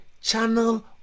channel